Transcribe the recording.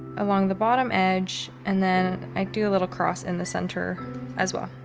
along the bottom edge. and then i do a little cross in the center as well,